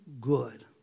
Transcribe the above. good